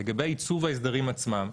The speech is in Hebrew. לגבי עיצוב ההסדרים עצמם,